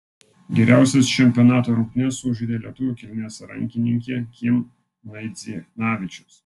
geriausias čempionato rungtynes sužaidė lietuvių kilmės rankininkė kim naidzinavičius